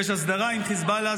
יש הסדרה עם חיזבאללה,